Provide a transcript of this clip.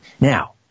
Now